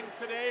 today